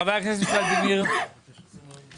חבר הכנסת ולדימיר בליאק, בבקשה.